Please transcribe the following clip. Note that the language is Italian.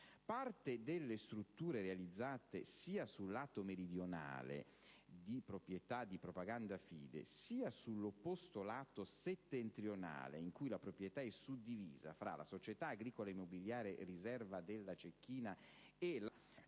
Parte delle strutture realizzate sia sul lato meridionale (di proprietà di Propaganda Fide) sia sull'opposto lato settentrionale, in cui la proprietà è suddivisa tra la Società agricola immobiliare Riserva della Cecchina e la